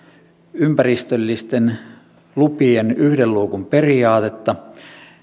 ympäristöllisten lupien yhden luukun periaatetta